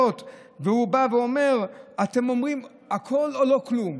והוא בא ואומר: אתם אומרים הכול או לא כלום.